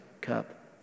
cup